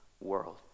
world